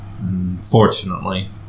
unfortunately